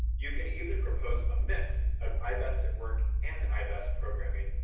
you can even propose a mix of i-best at work and i-best programming,